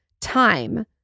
time